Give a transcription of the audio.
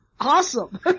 awesome